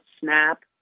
snap